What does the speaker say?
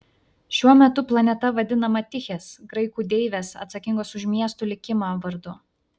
šiuo metu planeta vadinama tichės graikų deivės atsakingos už miestų likimą vardu